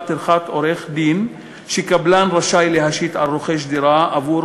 טרחת עורך-דין שקבלן רשאי להשית על רוכש דירה עבור